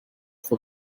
for